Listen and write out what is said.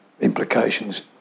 implications